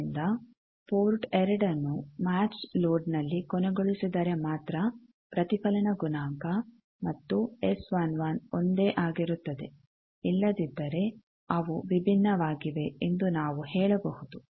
ಆದ್ದರಿಂದ ಪೋರ್ಟ್ 2ನ್ನು ಮ್ಯಾಚ್ ಲೋಡ್ನಲ್ಲಿ ಕೊನೆಗೊಳಿಸಿದರೆ ಮಾತ್ರ ಪ್ರತಿಫಲನ ಗುಣಾಂಕ ಮತ್ತು ಎಸ್11 ಒಂದೇ ಆಗಿರುತ್ತದೆ ಇಲ್ಲದಿದ್ದರೆ ಅವು ವಿಭಿನ್ನವಾಗಿವೆ ಎಂದು ನಾವು ಹೇಳಬಹುದು